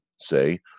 say